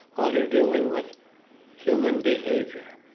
well you're dealing with human behavior.